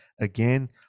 Again